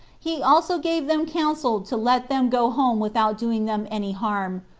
he also gave them counsel to let them go home without doing them any harm,